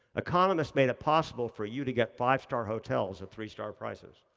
economists make it possible for you to get five-star hotels at three-star prices.